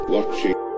Watching